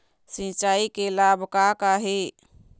सिचाई के लाभ का का हे?